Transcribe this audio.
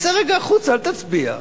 תצא רגע החוצה, אל תצביע.